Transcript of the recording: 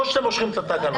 או שאתם מושכים את התקנות.